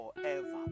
forever